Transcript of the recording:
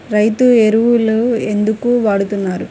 రైతు ఎరువులు ఎందుకు వాడుతున్నారు?